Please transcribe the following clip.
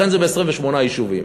לכן זה ב-28 יישובים.